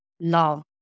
love